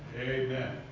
Amen